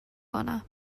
کنم